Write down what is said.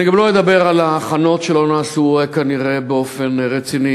אני גם לא אדבר על ההכנות שלא נעשו כנראה באופן רציני,